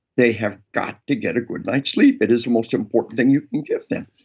they have got to get a good night's sleep it is the most important thing you can give them.